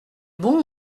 bon